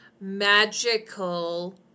magical